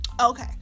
Okay